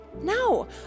No